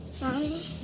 Mommy